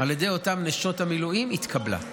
על ידי אותן נשות המילואים התקבלה.